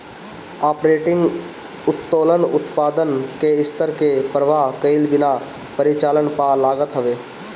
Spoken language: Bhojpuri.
आपरेटिंग उत्तोलन उत्पादन के स्तर के परवाह कईला बिना परिचालन पअ लागत हवे